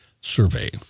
survey